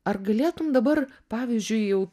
ar galėtum dabar pavyzdžiui jau